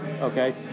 Okay